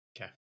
Okay